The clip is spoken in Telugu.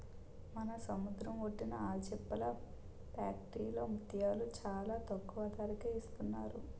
మన సముద్రం ఒడ్డున ఆల్చిప్పల ఫ్యాక్టరీలో ముత్యాలు చాలా తక్కువ ధరకే ఇస్తున్నారు